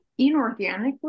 inorganically